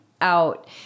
out